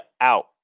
out